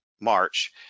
March